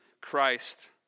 Christ